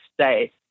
stay